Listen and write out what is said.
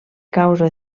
causa